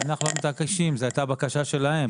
אנחנו לא מתעקשים, זו הייתה בקשה שלהם.